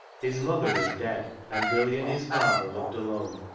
his mother was dead, and billy and his father lived alone.